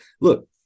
look